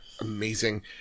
amazing